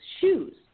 shoes